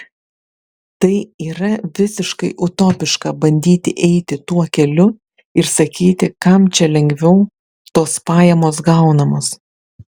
tai yra visiškai utopiška bandyti eiti tuo keliu ir sakyti kam čia lengviau tos pajamos gaunamos